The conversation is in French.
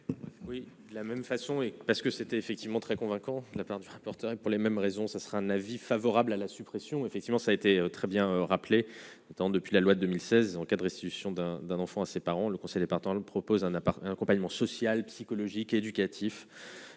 Oui, la même façon et parce que c'était effectivement très convaincant, la peur du rapporteur et pour les mêmes raisons, ça sera un avis favorable à la suppression, effectivement, ça a été très bien rappelé depuis la loi de 2016 en cas de restitution d'un d'un enfant à ses parents, le Conseil des partants, le propose un appart, un accompagnement social, psychologique, éducatif.